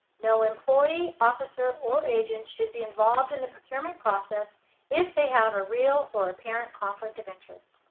no employee, officer, or agent should be involved in the procurement process if they have a real or apparent conflict of interest.